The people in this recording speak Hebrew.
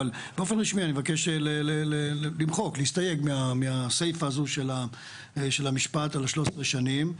אני להסתייג מהסיפא הזו של המשפט על 13 השנים.